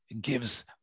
gives